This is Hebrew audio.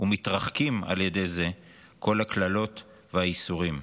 ומתרחקים על ידי זה כל הקללות והאיסורים.